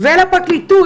לפרקליטות,